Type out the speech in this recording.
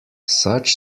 such